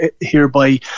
hereby